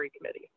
committee